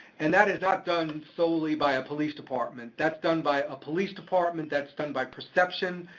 and that is not done solely by a police department, that's done by a police department, that's done by perception,